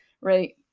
Right